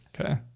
Okay